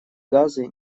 газы